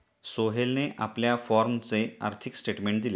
सोहेलने आपल्या फॉर्मचे आर्थिक स्टेटमेंट दिले